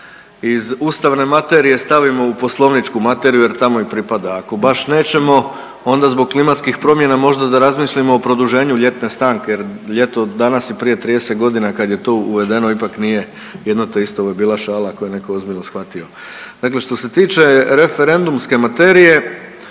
iz ustavne materije stavimo u poslovničku materiju jer tamo i pripada, a ako baš nećemo, onda zbog klimatskih promjena možda da razmislimo o produženju ljetne stanke jer ljeto danas i prije 30 godina kad je to uvedeno ipak nije jedno te isto. Ovo je bila šala, ako je netko ozbiljno shvatio. Dakle što se tiče referendumske materije,